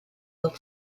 club